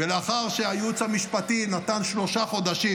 לאחר שהייעוץ המשפטי נתן שלושה חודשים,